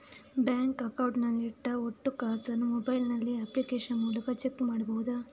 Bank account ನಲ್ಲಿ ಇಟ್ಟ ಒಟ್ಟು ಕಾಸನ್ನು ಮೊಬೈಲ್ ನಲ್ಲಿ ಅಪ್ಲಿಕೇಶನ್ ಮೂಲಕ ಚೆಕ್ ಮಾಡಬಹುದಾ?